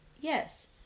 Yes